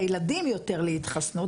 זה לא סכום קטן.